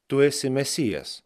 tu esi mesijas